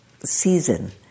season